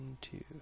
two